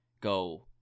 go